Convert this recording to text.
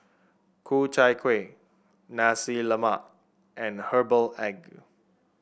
Ku Chai Kueh Nasi Lemak and Herbal Egg